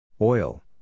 Oil